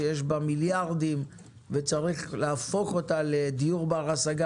שיש בה מיליארדים וצריך להפוך אותה לדיור בר-השגה